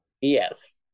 Yes